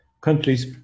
countries